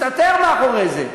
הם בטוחים יותר.